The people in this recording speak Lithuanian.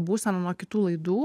būsena nuo kitų laidų